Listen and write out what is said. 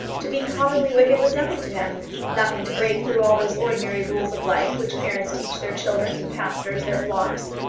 to be commonly wicked was nothing to him nothing to break through all those ordinary rules of life which parents teach their children and pastors their flocks,